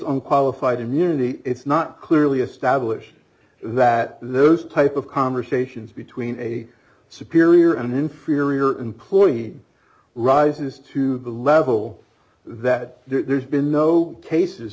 on qualified immunity it's not clearly established that those type of conversations between a superior an inferior employee rises to the level that there's been no cases